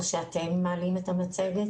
או שאתם מעלים את המצגת?